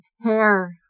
hair